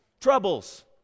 Troubles